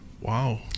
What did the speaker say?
Wow